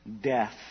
death